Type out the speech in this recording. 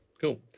Cool